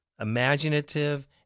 imaginative